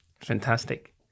Fantastic